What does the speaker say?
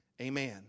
amen